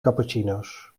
cappuccino’s